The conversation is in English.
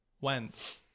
went